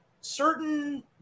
certain